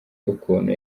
ukuntu